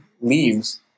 leaves